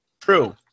True